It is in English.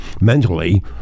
mentally